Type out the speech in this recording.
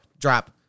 Drop